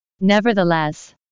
Nevertheless